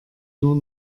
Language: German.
nur